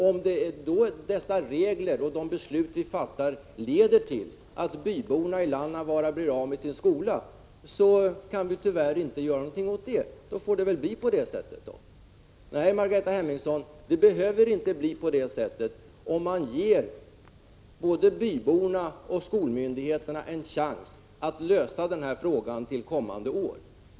Om då dessa regler och de beslut vi fattar leder till att byborna i Lannavaara blir av med sin skola, så kan vi tyvärr inte göra någonting åt det. Då får det väl bli på det sättet. Nej, Margareta Hemmingsson, det behöver inte bli på det sättet om man ger både byborna och skolmyndigheterna en chans att lösa den här frågan till kommande år.